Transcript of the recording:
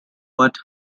what